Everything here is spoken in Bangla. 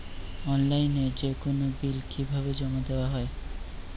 অনলাইনে যেকোনো বিল কিভাবে জমা দেওয়া হয়?